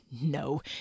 No